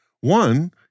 One